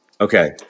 okay